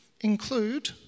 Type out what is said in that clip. include